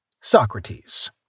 Socrates